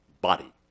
body